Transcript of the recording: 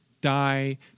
die